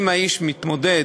אם האיש מתמודד